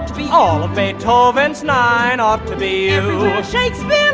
be all of beethoven's nine ought to be shakespeare.